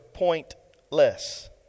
pointless